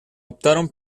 optaron